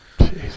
Jesus